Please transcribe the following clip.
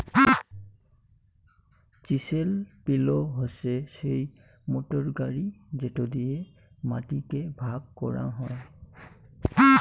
chisel plough হসে সেই motor গাড়ি যেটো দিয়ে মাটি কে ভাগ করাং হই